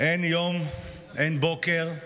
אין יום, אין בוקר,